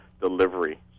delivery